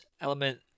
element